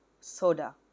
Soda